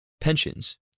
pensions